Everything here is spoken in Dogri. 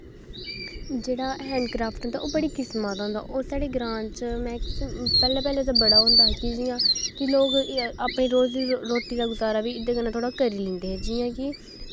जेह्ड़ा हैंड क्राफ्ट होंदा ओह् बड़ी किस्मां दा होंदा ओह् साढ़े ग्रांऽ च मैक्स पैह्लैं पैह्लैं ते बड़ा होंदा हा कि जियां कि लोग अपनी रोज़ी रोटी दा गुज़ारा बी एह्दे कन्नै बी थोह्ड़ी करी लैंदे हे जियां कि